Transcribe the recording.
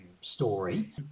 story